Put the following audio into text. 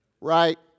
Right